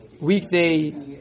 weekday